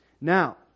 Now